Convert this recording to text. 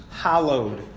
hallowed